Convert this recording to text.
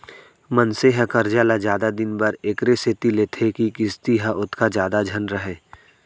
मनसे ह करजा ल जादा दिन बर एकरे सेती लेथे के किस्ती ह ओतका जादा झन रहय